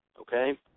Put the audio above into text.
okay